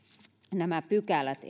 nämä pykälät